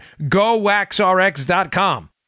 GoWaxRx.com